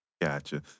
Gotcha